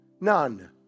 None